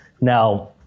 Now